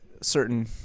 certain